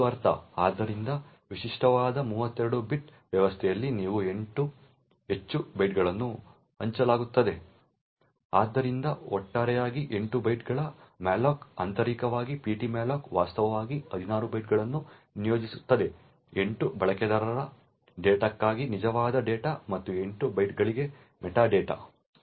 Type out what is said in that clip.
ಆದ್ದರಿಂದ ವಿಶಿಷ್ಟವಾದ 32 ಬಿಟ್ ವ್ಯವಸ್ಥೆಯಲ್ಲಿ ನೀವು 8 ಹೆಚ್ಚು ಬೈಟ್ಗಳನ್ನು ಹಂಚಲಾಗುತ್ತದೆ ಆದ್ದರಿಂದ ಒಟ್ಟಾರೆಯಾಗಿ 8 ಬೈಟ್ಗಳ ಮ್ಯಾಲೋಕ್ಗೆ ಆಂತರಿಕವಾಗಿ ptmalloc ವಾಸ್ತವವಾಗಿ 16 ಬೈಟ್ಗಳನ್ನು ನಿಯೋಜಿಸುತ್ತದೆ 8 ಬಳಕೆದಾರರ ನಿಜವಾದ ಡೇಟಾ ಮತ್ತು ಮೆಟಾ ಡೇಟಾ ಗೆ 8 ಅಧಿಕ ಬೈಟ್ಗಳಿಗೆ